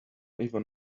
even